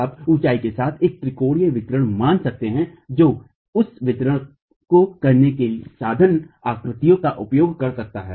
आप ऊंचाई के साथ एक त्रिकोणीय वितरण मान सकते हैं जो उस वितरण को करने के लिए मोडसाधन आकृतियों का उपयोग कर सकता है